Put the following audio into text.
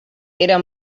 era